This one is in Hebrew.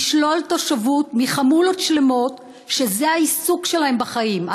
לשלול תושבות מחמולות שלמות שהעיסוק שלהן בחיים,